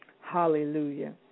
Hallelujah